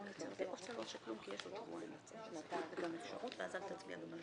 וגם אתם בחוסר ודאות על המערכות החדשות.